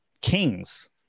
Kings